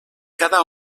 cada